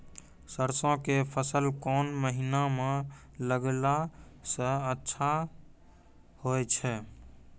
सरसों के फसल कोन महिना म लगैला सऽ अच्छा होय छै?